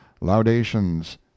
Laudations